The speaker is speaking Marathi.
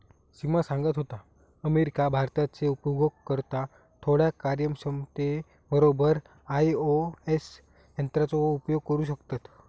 सिमा सांगत होता, अमेरिका, भारताचे उपयोगकर्ता थोड्या कार्यक्षमते बरोबर आई.ओ.एस यंत्राचो उपयोग करू शकतत